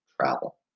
travel